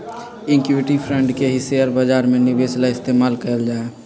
equity fund के ही share बाजार में निवेश ला इस्तेमाल कइल जाहई